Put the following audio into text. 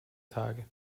tage